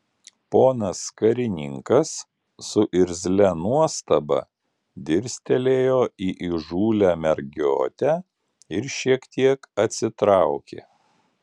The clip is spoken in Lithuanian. ponas karininkas su irzlia nuostaba dirstelėjo į įžūlią mergiotę ir šiek tiek atsitraukė